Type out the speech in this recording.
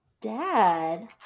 Dad